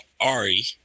Ari